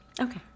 Okay